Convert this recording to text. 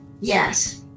Yes